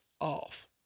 off